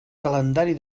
calendari